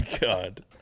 God